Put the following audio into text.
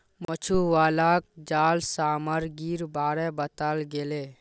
मछुवालाक जाल सामग्रीर बारे बताल गेले